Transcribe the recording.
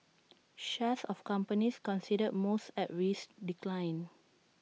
shares of companies considered most at risk declined